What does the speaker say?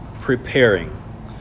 preparing